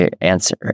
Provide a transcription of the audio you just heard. answer